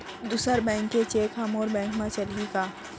दूसर बैंक के चेक ह मोर बैंक म चलही का?